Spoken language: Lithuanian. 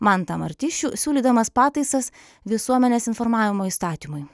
mantą martišių siūlydamas pataisas visuomenės informavimo įstatymui